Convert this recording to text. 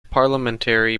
parliamentary